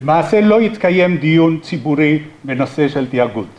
‫למעשה לא יתקיים דיון ציבורי ‫בנושא של תיאגוד.